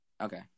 Okay